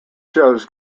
shows